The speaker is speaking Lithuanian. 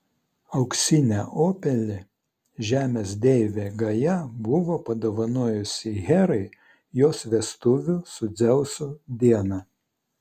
auksinę obelį žemės deivė gaja buvo padovanojusi herai jos vestuvių su dzeusu dieną